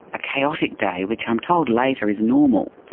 a chaotic day which i'm told later is normal,